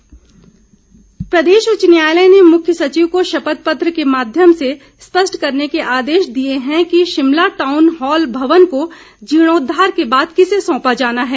high court प्रदेश उच्च न्यायालय ने मुख्य सचिव को शपथ पत्र के माध्यम से स्पष्ट करने के आदेश दिए हैं कि शिमला टाउन हॉल भवन को जीर्णोद्वार के बाद किसे सौंपा जाना है